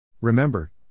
Remember